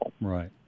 Right